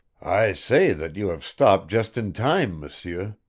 i say that you have stopped just in time, m'seur,